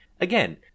again